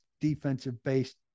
defensive-based